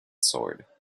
sword